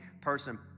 person